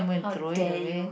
how dare you